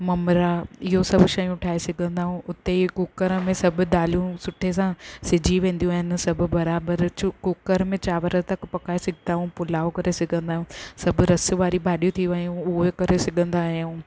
ममरा इहो सभु शयूं ठाहे सघंंदा आहियूं हुते ई कुकर में सभु दालियूं सुठे सां सिझी वेंदियूं आहिनि सभु बराबरु छू कुकर में चांवर तक पकाए सघंदा आहियूं पुलाव करे सघंदा आहियूं सभु रसु वारी भाॼियूं थी वयूं उहे करे सघंदा आहियूं